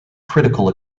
critical